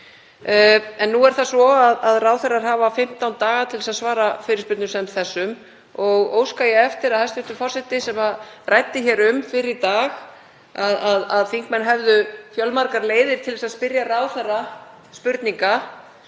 sl. Nú er það svo að ráðherrar hafa 15 daga til að svara fyrirspurnum sem þessum og óska ég eftir að hæstv. forseti, sem ræddi fyrr í dag um að þingmenn hefðu fjölmargar leiðir til að spyrja ráðherra spurninga,